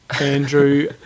Andrew